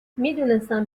میدونستم